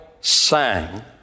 sang